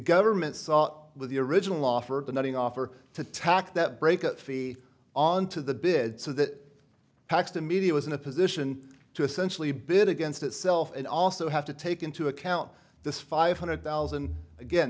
government saw with the original offer of the netting offer to tack that breakup fee on to the bid so that paxton media was in a position to essentially bid against itself and also have to take into account this five hundred thousand again